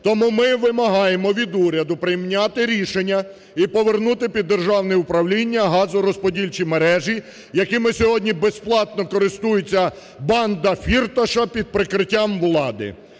Тому ми вимагаємо від уряду прийняти рішення і повернути під державне управління газорозподільчі мережі, якими сьогодні безплатно користується банда Фірташа під прикриттям влади.